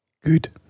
Good